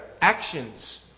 actions